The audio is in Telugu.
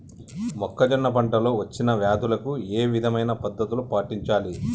మొక్కజొన్న పంట లో వచ్చిన వ్యాధులకి ఏ విధమైన పద్ధతులు పాటించాలి?